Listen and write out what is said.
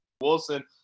Wilson